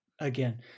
again